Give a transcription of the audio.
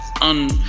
Un